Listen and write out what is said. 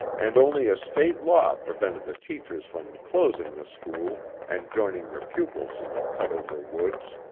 and only a state law prevented the teachers from closing the school and joining their pupils in the cutover woods.